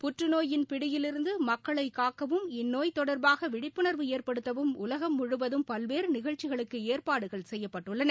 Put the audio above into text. புற்றுநோயின் பிடியிலிருந்து மக்களை காக்கவும் இந்நோய் தொடர்பாக விழிப்புணர்வு ஏற்படுத்தவும் உலகம் முழுவதும் பல்வேறு நிகழ்ச்சிகளுக்கு ஏற்பாடுகள் செய்யப்பட்டுள்ளன